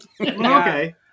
Okay